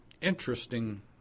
interesting